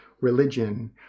religion